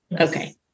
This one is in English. Okay